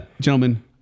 gentlemen